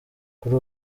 kuri